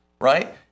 Right